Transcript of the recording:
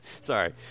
Sorry